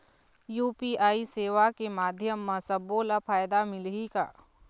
UPI सेवा के माध्यम म सब्बो ला फायदा मिलही का?